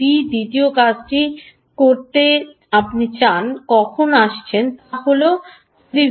দ্বিতীয় কাজটি আপনি করতে চান কখন আসছেন তা হল যদি V